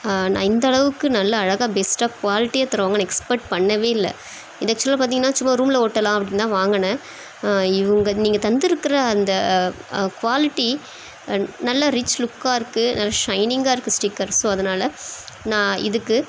நான் இந்தளவுக்கு நல்ல அழகா பெஸ்டாக குவாலிட்டியாக தருவாங்கன்னு எக்ஸ்பெக்ட் பண்ணவே இல்லை இது ஆக்சுவலாக பார்த்திங்கனா சும்மா ரூம்மில் ஒட்டலாம் அப்படின் தான் வாங்கினேன் இவங்க நீங்கள் தந்திருக்கிற அந்த குவாலிட்டி நல்ல ரிச் லுக்காக இருக்கு நல்ல சைனிங்காக இருக்கு ஸ்டிக்கர்ஸும் அதனால நான் இதுக்கு